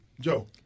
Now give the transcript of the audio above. Joe